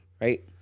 Right